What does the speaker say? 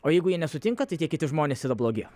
o jeigu jie nesutinka tai tie kiti žmonės yra blogi